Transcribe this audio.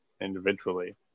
individually